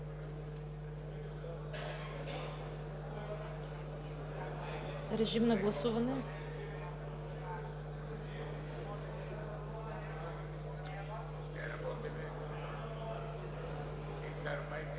режим на гласуване.